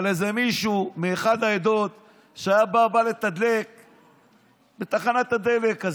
ואת פקודת בתי הסוהר בדרך של